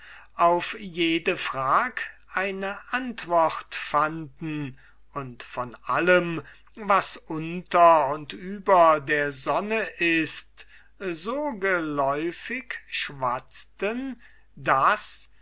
auf jede frag eine antwort fanden und von allem was unter und über der sonne ist so geläufig schwatzten daß